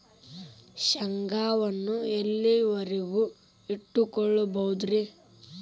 ಶೇಂಗಾವನ್ನು ಎಲ್ಲಿಯವರೆಗೂ ಇಟ್ಟು ಕೊಳ್ಳಬಹುದು ರೇ?